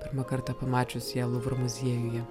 pirmą kartą pamačius ją luvro muziejuje